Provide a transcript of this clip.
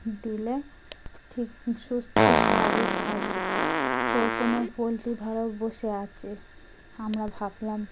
দিলে ঠিক সুস্থ স্বাভাবিক থাকবে কোনো পোলট্রি ধরো বসে আছে আমরা ভাবলাম